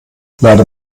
leider